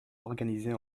organisées